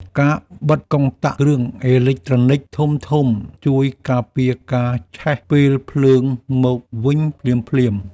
ការបិទកុងតាក់គ្រឿងអេឡិចត្រូនិចធំៗ ជួយការពារការឆេះពេលភ្លើងមកវិញភ្លាមៗ។